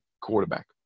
quarterback